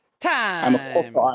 Time